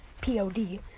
P-O-D